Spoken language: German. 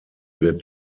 wird